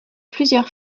plusieurs